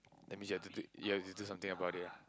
that means you have to do you have to do something about it lah